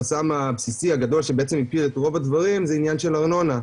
החסם הבסיסי הגדול שבעצם הפיל את רוב הדברים זה עניין של ארנונה.